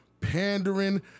pandering